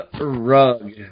Rug